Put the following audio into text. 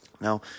now